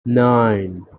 nine